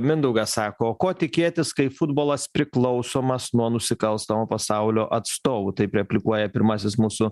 mindaugas sako o ko tikėtis kai futbolas priklausomas nuo nusikalstamo pasaulio atstovų taip replikuoja pirmasis mūsų